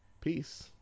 Peace